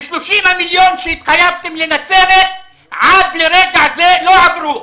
ו-30 המיליון שהתחייבתם לנצרת עד לרגע זה לא עברו.